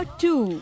two